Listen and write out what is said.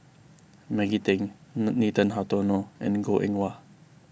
Maggie Teng Nathan Hartono and Goh Eng Wah